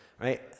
right